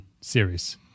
series